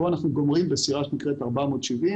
כאן אנחנו גומרים בסירה שנקראת 470,